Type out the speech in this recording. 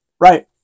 right